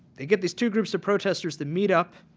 they give these two groups of protesters to meet up